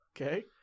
Okay